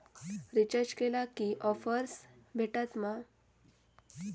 Recharge केला की offers भेटात मा?